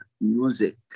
music